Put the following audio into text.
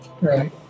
Right